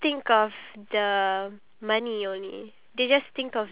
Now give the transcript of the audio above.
I don't know like showy all I gave it what